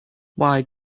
why